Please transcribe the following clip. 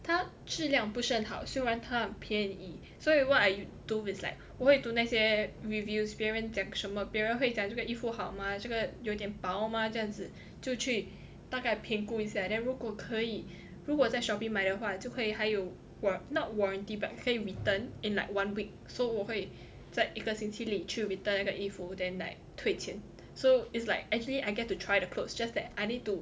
它质量不是很好虽然他很便宜所以 what I do is like 我会读那些 reviews 别人讲什么别人会讲这个衣服好吗这个有点薄吗这样子就去大概评估一下 then 如果可以如果在 Shopee 买的话就可以还有 warr~ not warranty but 可以 return in like one week so 我会在一个星期里 to return 那个衣服 then like 退钱 so it's like actually I get to try to clothes just that I need to